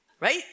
Right